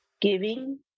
Giving